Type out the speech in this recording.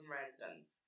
residents